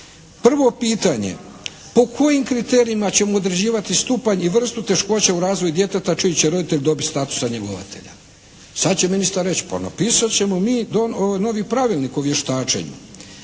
Prvo pitanje po kojim kriterijima ćemo određivati stupanj i vrstu teškoća u razvoju djeteta čiji će roditelj dobiti status njegovatelja. Sad će ministar reći pa napisat ćemo mi novi pravilnik o vještačenju.